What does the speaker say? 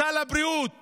בסל הבריאות